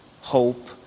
hope